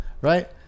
right